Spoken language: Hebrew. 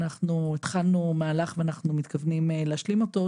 אנחנו התחלנו מהלך ואנחנו מתכוונים להשלים אותו,